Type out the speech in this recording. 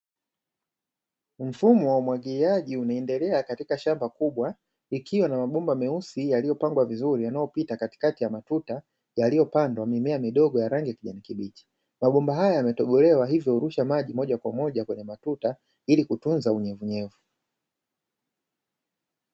Mfumo wa umwagiliaji unaendelea katika shamba kubwa, ikiwa na mabomba meusi yaliyopangwa vizuri tanayopita katikati ya matuta yaliyopandwa mimea midogo ya rangi ya kijani kibichi, mabomba haya yametobolewa hivyo hurusha maji moja kwa moja kwenye matuta ili kutunza unyevunyevu.